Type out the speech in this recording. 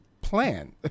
plan